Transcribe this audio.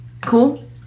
Cool